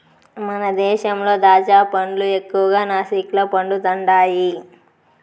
మన దేశంలో దాచ్చా పండ్లు ఎక్కువగా నాసిక్ల పండుతండాయి